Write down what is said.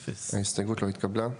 0 ההסתייגות לא התקבלה.